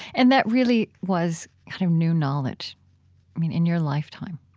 and that really was kind of new knowledge in your lifetime